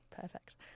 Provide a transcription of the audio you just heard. perfect